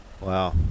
Wow